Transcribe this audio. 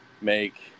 make